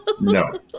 No